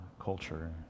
culture